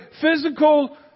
physical